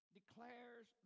declares